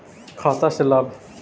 खाता से लाभ?